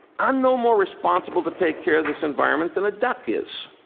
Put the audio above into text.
i'm no more responsible to take care of this environment than a duck is.